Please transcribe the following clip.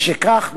משכך,